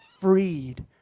freed